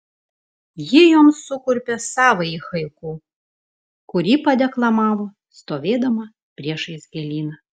ji joms sukurpė savąjį haiku kurį padeklamavo stovėdama priešais gėlyną